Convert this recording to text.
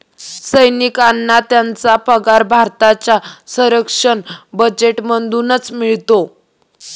सैनिकांना त्यांचा पगार भारताच्या संरक्षण बजेटमधूनच मिळतो